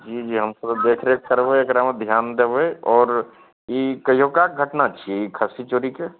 जी जी हमसभ देखरेख करबै एकरामे धिआन देबै आओर ई कहिऔका घटना छिए ई खस्सी चोरीके